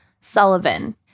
sullivan